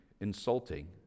insulting